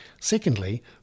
Secondly